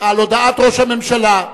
על הודעת ראש הממשלה.